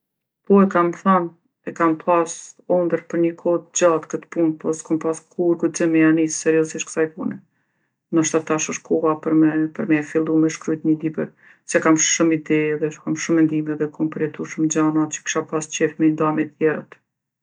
Po e kam thanë, e kam pasë ondërr për nji kohë t'gjatë këtë punë po s'kom pasë kurrë guxim me ja nisë seriozisht ksaj pune. Nashta tash osht koha për me, për me e fillu me shkrujt ni libër, se kam shumë ide edhe kom shumë mendime edhe kom përjetu shumë gjana që kisha pasë qef mi nda me tjerët.